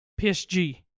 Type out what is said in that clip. PSG